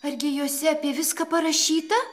argi jose apie viską parašyta